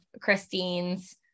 Christine's